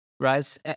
Right